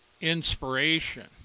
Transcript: inspiration